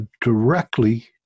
directly